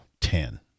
Ten